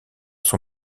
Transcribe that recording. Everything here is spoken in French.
son